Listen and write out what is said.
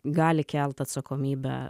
gali kelt atsakomybę